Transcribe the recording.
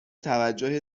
توجه